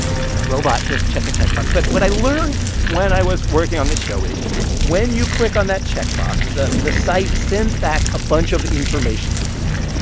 couldn't a robot just check a check box? but what i learned when i was working on this show is when you click on that check box, the the site sends back a bunch of information to google.